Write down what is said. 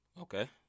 Okay